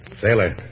Sailor